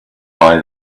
why